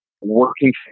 working